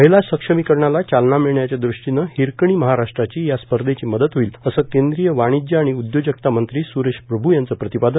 महिला सक्षमीकरणाला चालना मिळण्याच्या ृष्टीनं हिरकणी महाराष्ट्राची या स्पर्धेची मदत होईल अस केंद्रीय वाणिज्य आणि उद्योजकता मंत्री स्रेश प्रभू यांचं प्रतिपादन